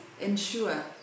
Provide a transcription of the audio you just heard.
ensure